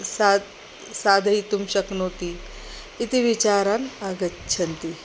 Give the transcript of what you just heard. साधयितुं साधयितुं शक्नोति इति विचाराः आगच्छन्ति